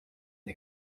the